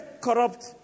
corrupt